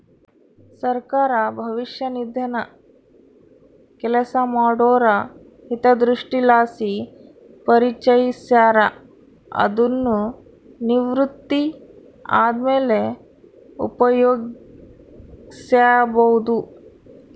ಸರ್ಕಾರ ಭವಿಷ್ಯ ನಿಧಿನ ಕೆಲಸ ಮಾಡೋರ ಹಿತದೃಷ್ಟಿಲಾಸಿ ಪರಿಚಯಿಸ್ಯಾರ, ಅದುನ್ನು ನಿವೃತ್ತಿ ಆದ್ಮೇಲೆ ಉಪಯೋಗ್ಸ್ಯಬೋದು